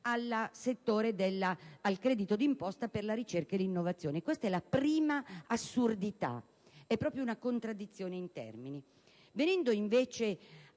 di euro al credito d'imposta per la ricerca e l'innovazione. Questa è la prima assurdità: proprio una contraddizione in termini. Vengo ora invece